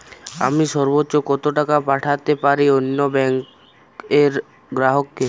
আমি সর্বোচ্চ কতো টাকা পাঠাতে পারি অন্য ব্যাংক র গ্রাহক কে?